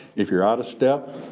if you're out of step,